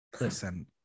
Listen